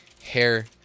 hair